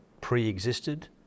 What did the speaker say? pre-existed